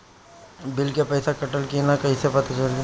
Bill के पइसा कटल कि न कइसे पता चलि?